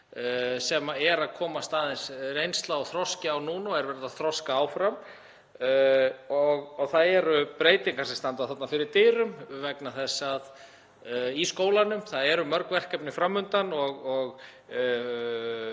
sem er að komast aðeins reynsla á og þroski núna og er verið að þroska áfram. Það eru breytingar sem standa þarna fyrir dyrum í skólanum, það eru mörg verkefni fram undan og